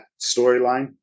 storyline